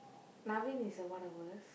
Naveen is one of the worst